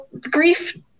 grief